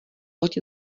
loď